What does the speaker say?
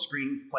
Screenplay